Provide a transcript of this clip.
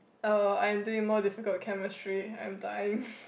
oh I'm doing more difficult chemistry I'm dying